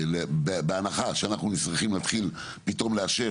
בהנחה שאנחנו צריכים להתחיל פתאום לאשר